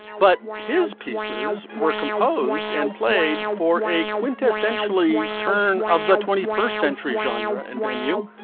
but his pieces were composed and played for a quintessentially turn of the twenty first century genre and venue,